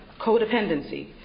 codependency